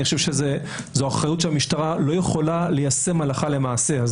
אני חושב שזו אחריות שהמשטרה לא יכולה ליישם הלכה למעשה.